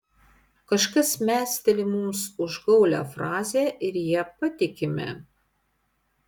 kažkas mesteli mums užgaulią frazę ir ja patikime